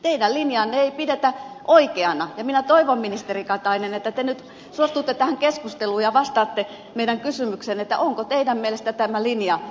teidän linjaanne ei pidetä oikeana ja minä toivon ministeri katainen että te nyt suostutte tähän keskusteluun ja vastaatte meidän kysymykseemme onko teidän mielestänne tämä linja reilu